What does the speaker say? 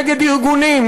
נגד ארגונים,